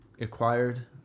acquired